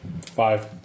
five